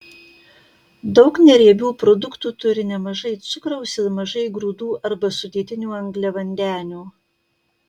daug neriebių produktų turi nemažai cukraus ir mažai grūdų arba sudėtinių angliavandenių